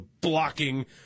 blocking